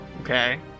Okay